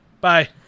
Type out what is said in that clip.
bye